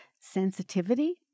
sensitivity